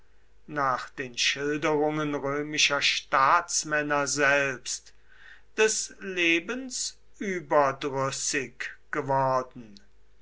nach den schilderungen römischer staatsmänner selbst des lebens überdrüssig geworden